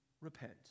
repent